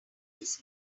this